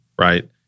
right